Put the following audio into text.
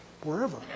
wherever